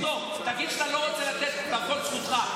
תקשיב טוב, תגיד שאתה לא רוצה לתת, הכול זכותך.